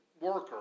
worker